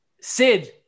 Sid